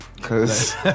Cause